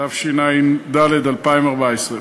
התשע"ד 2014,